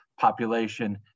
population